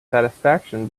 satisfaction